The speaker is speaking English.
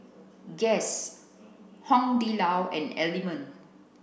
guess Hong Di Lao and Element